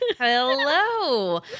Hello